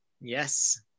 Yes